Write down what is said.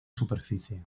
superficie